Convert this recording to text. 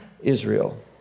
Israel